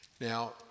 Now